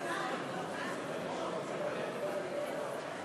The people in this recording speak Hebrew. נדונה בקריאה ראשונה ביום 10 בפברואר 2014 והועברה לדיון בוועדת